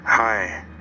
Hi